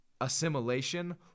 assimilation